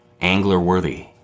angler-worthy